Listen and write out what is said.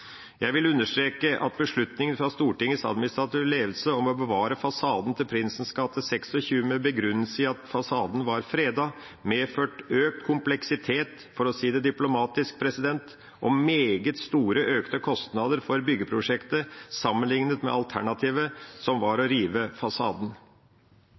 Jeg vil understreke at beslutningen fra Stortingets administrative ledelse om å bevare fasaden til Prinsens gate 26 med begrunnelse i at fasaden var fredet, medførte økt kompleksitet – for å si det diplomatisk – og meget store økte kostnader for byggeprosjektet sammenlignet med alternativet, som var